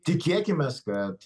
tikėkimės kad